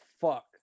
fuck